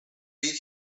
read